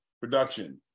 production